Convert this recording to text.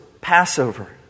Passover